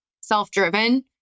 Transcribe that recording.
self-driven